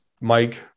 Mike